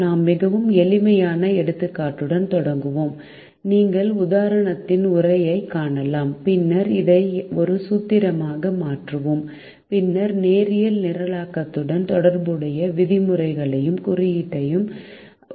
நாம் மிகவும் எளிமையான எடுத்துக்காட்டுடன் தொடங்குகிறோம் நீங்கள் உதாரணத்தின் உரையைக் காணலாம் பின்னர் இதை ஒரு சூத்திரமாக மாற்றுவோம் பின்னர் நேரியல் நிரலாக்கத்துடன் தொடர்புடைய விதிமுறைகளையும் குறியீட்டையும் வரையறுக்கிறோம்